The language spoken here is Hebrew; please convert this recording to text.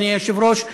אדוני היושב-ראש,